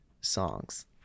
songs